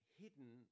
hidden